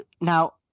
Now